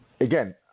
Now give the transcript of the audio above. Again